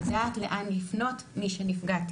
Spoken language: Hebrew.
לדעת לאן לפנות מי שנפגע,